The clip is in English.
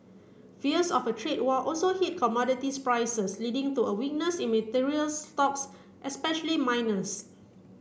fears of a trade war also hit commodities prices leading to a weakness in materials stocks especially miners